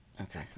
okay